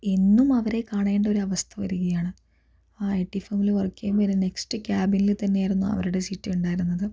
എന്നും അവരെ കാണേണ്ട ഒരു അവസ്ഥ വരികയാണ് ആ ഐ ടി ഫേമിൽ വർക്ക് ചെയ്യുമ്പോൾ എൻ്റെ നെക്സ്റ്റ് ക്യാബിനിൽ തന്നെയായിരുന്നു അവരുടെ സീറ്റും ഉണ്ടായിരുന്നത്